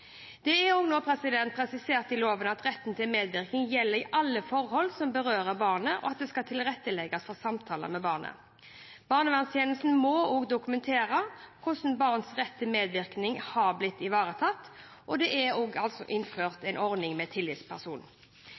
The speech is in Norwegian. styrket. Det er nå presisert i loven at retten til medvirkning gjelder i alle forhold som berører barnet, og at det skal tilrettelegges for samtaler med barnet. Barnevernstjenesten må også dokumentere hvordan barnets rett til medvirkning har blitt ivaretatt, og det er også innført en ordning med tillitsperson.